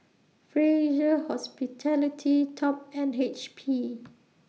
Fraser Hospitality Top and H P